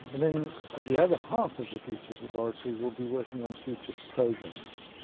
and then the other half of the futures laboratory will be working on futures programs.